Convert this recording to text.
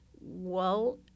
Well